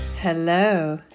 Hello